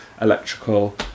electrical